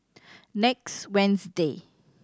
next Wednesday